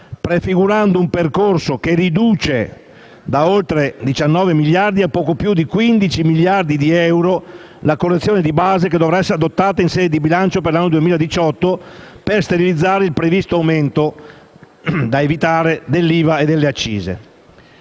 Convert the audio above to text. prefigurando un percorso che riduce, da oltre 19 miliardi a poco più di 15 miliardi di euro, la correzione di base che dovrà essere adottata in sede di legge di bilancio per l'anno 2018 per sterilizzare il previsto aumento - da evitare - dell'IVA e delle accise.